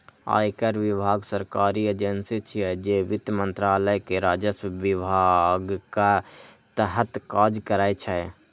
आयकर विभाग सरकारी एजेंसी छियै, जे वित्त मंत्रालय के राजस्व विभागक तहत काज करै छै